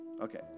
Okay